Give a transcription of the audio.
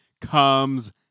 comes